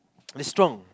is strong